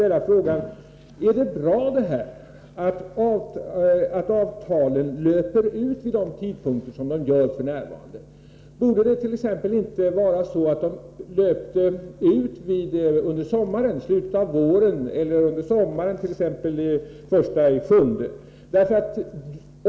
Är det bra att avtalen löper ut vid de tidpunkter som de gör f. n.? Borde det inte vara så att de löpte ut under sommaren eller i slutet av våren, t.ex. den 1 juli?